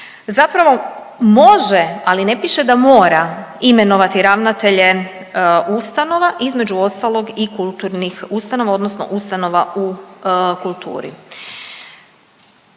zapravo može, ali ne piše da mora imenovati ravnatelje ustanova, između ostalog i kulturnih ustanova odnosno ustanova u kulturi.